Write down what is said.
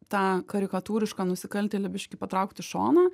tą karikatūrišką nusikaltėlį biškį patraukti į šoną